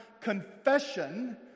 confession